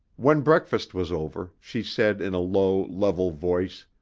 when breakfast was over, she said in a low, level voice